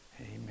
Amen